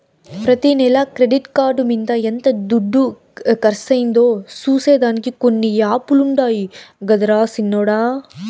ప్రతి నెల credit card మింద ఎంత దుడ్డు కర్సయిందో సూసే దానికి కొన్ని యాపులుండాయి గదరా సిన్నోడ